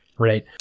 Right